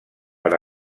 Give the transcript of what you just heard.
per